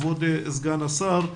כבוד סגן השר,